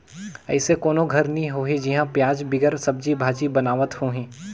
अइसे कोनो घर नी होही जिहां पियाज बिगर सब्जी भाजी बनावत होहीं